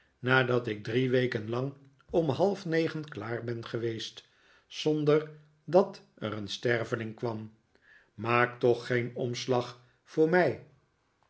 nadat ik drie weken lang om half negen klaar ben geweest zonder dat er een sterveling kwam maak toch geen omslag voor mij